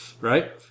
Right